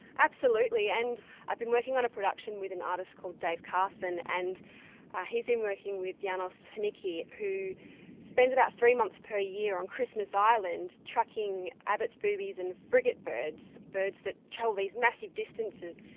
absolutely, and i've been working on a production with an artist called dave carson and he's been working with janos hennicke who spends about three months per year on christmas island, tracking abbot's boobys and frigatebirds, birds that travel these massive distances.